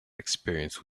experience